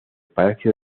palacio